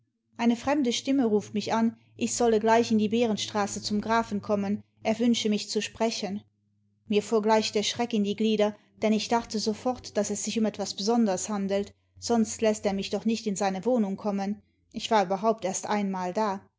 eine fremde stimme ruft mich an ich soll gleich in die behrenstraße zuii grafen kommen er wünsche mich zu sprechen mir fuhr gleich der schreck in die glieder denn ich dachte sofort daß es sich um etwas besonderes handelt sonst läßt er mich doch nicht in seine wohnung kommen ich war überhaupt erst einmal da